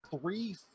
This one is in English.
three